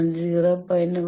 നിങ്ങൾ 0